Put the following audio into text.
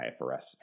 IFRS